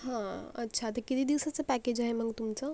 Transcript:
हा अच्छा तर किती दिवसाचं पॅकेज आहे मग तुमचं